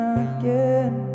again